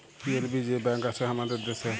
PLB যে bank আসে হামাদের দ্যাশে